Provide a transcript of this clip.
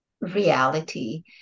reality